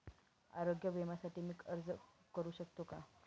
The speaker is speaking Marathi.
आरोग्य विम्यासाठी मी अर्ज करु शकतो का?